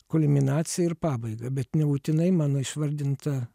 kulminaciją ir pabaigą bet nebūtinai mano išvardinta